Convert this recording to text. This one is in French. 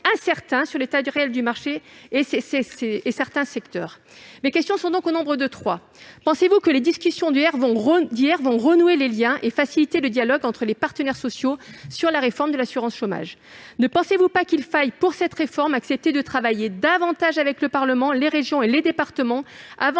incertain sur l'état réel du marché du travail et de certains secteurs. Mes questions sont donc au nombre de trois. Pensez-vous que les discussions d'hier vont renouer les liens et faciliter le dialogue entre les partenaires sociaux sur la réforme de l'assurance chômage ? Ne pensez-vous pas que, pour cette réforme, il faille accepter de travailler davantage avec le Parlement, les régions et les départements, avant